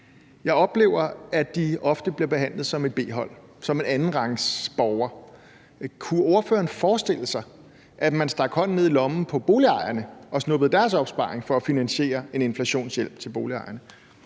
jeg oplever, at de ofte bliver behandlet som et B-hold, som andenrangsborgere. Kunne ordføreren forestille sig, at man stak hånden ned i lommen på boligejerne og snuppede deres opsparing for at finansiere en inflationshjælp til boligejerne?